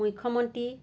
মুখ্যমন্ত্ৰী